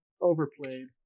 overplayed